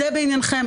זה ביניכם.